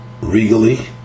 regally